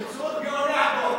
בקיצור, גאוני הדור.